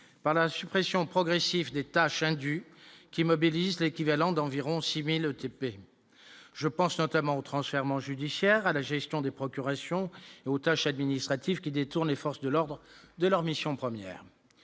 par la suppression progressive des tâches indues qui mobilise l'équivalent d'environ 6000 ETP, je pense notamment au transfèrement judiciaires à la gestion des procurations et aux tâches administratives qui détourne et forces de l'ordre de leurs missions premières